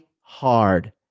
hard